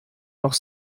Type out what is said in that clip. noch